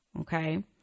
Okay